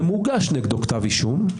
ומוגש נגדו כתב אישום,